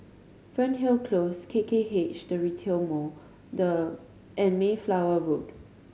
Fernhill Close K K H The Retail Mall the and Mayflower Road